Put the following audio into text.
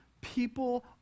people